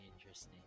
interesting